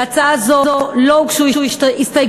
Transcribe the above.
להצעה זו לא הוגשו הסתייגויות.